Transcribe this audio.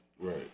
Right